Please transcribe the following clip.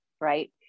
Right